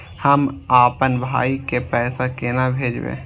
हम आपन भाई के पैसा केना भेजबे?